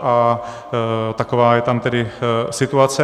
A taková je tam tedy situace.